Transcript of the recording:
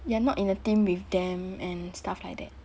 you are not in a team with them and stuff like that